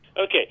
Okay